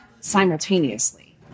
simultaneously